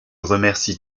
remercie